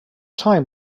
time